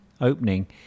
opening